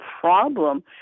problem